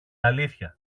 αλήθεια